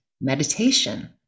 meditation